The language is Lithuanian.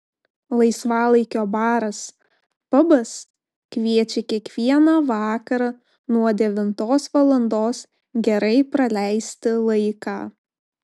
laisvalaikio baras pabas kviečia kiekvieną vakarą nuo devintos valandos gerai praleisti laiką